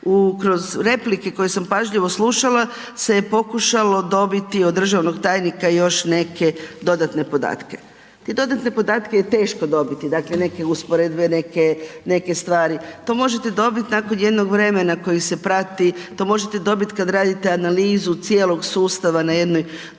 Kroz replike koje sam pažljivo slušala se je pokušalo dobiti od državnog tajnika još neke dodatne podatke. Te dodatne podatke je teško dobiti, dakle neke usporedbe, neke stvari, to možete dobiti nakon jednog vremena koji se prati, to možete dobiti kad radite analizu cijelog sustava na jednoj drugoj